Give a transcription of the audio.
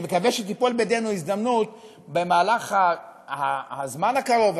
אני מקווה שתיפול בידינו הזדמנות במהלך הזמן הקרוב,